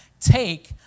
take